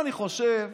אני חושב